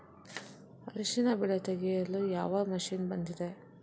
ಅರಿಶಿನ ಬೆಳೆ ತೆಗೆಯಲು ಯಾವ ಮಷೀನ್ ಬಂದಿದೆ?